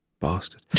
bastard